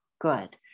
good